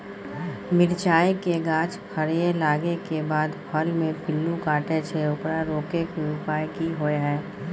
मिरचाय के गाछ फरय लागे के बाद फल में पिल्लू काटे छै ओकरा रोके के उपाय कि होय है?